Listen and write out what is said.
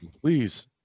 Please